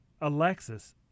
Alexis